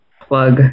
plug